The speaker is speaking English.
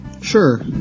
Sure